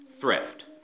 thrift